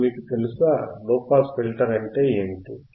ఇప్పుడు మీకు తెలుసా లోపాస్ ఫిల్టర్ అంటే ఏమిటి